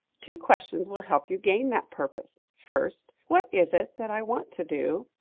two questions will help you gain that purpose. first what is it that i want to do?